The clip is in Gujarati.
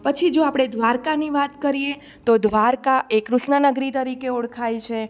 પછી જો આપણે દ્વારકાની વાત કરીએ તો દ્વારકા એ કૃષ્ણનગરી તરીકે ઓળખાય છે